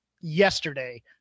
yesterday